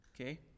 Okay